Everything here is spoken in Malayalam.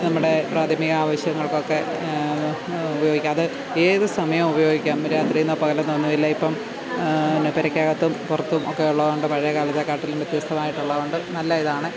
നമ്മുടെ പ്രാഥമിക ആവശ്യങ്ങൾക്കൊക്കെ ഉപയോഗിക്കാം അത് ഏത് സമയവും ഉപയോഗിക്കാം രാത്രി എന്നോ പകലെന്നോ ഒന്നും ഇല്ല ഇപ്പം പെരയ്ക്കകത്തും പുറത്തും ഒക്കെ ഉള്ളതുകൊണ്ട് പഴയ കാലത്തെക്കാട്ടിലും വ്യത്യസ്തമായിട്ടുള്ളതുകൊണ്ട് നല്ല ഇതാണ്